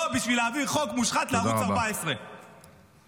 לא בשביל להעביר חוק מושחת לערוץ 14. תודה רבה.